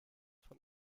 von